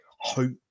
hope